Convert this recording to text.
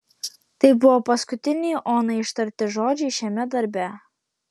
tai buvo paskutiniai onai ištarti žodžiai šiame darbe